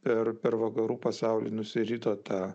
per per vakarų pasaulį nusirito ta